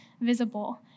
visible